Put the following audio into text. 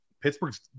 Pittsburgh's